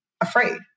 afraid